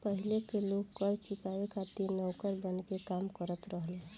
पाहिले के लोग कर चुकावे खातिर नौकर बनके काम करत रहले